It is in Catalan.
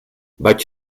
vaig